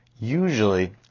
Usually